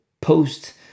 post